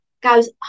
goes